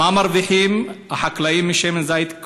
מה מרוויחים החקלאים משמן זית?